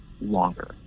longer